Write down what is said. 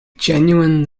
genuine